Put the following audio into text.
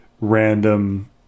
random